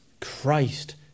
Christ